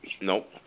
Nope